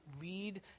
lead